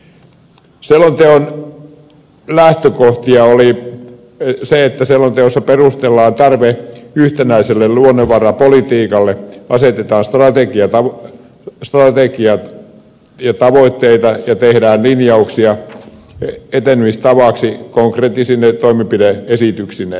selonteon lähtökohtia oli se että selonteossa perustellaan tarve yhtenäiselle luonnonvarapolitiikalle asetetaan strategiat ja tavoitteita ja tehdään linjauksia etenemistavaksi konkreettisine toimenpide esityksineen